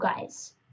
guys